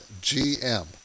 GM